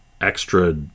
extra